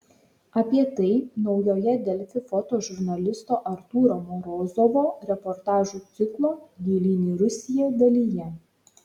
apie tai naujoje delfi fotožurnalisto artūro morozovo reportažų ciklo gilyn į rusiją dalyje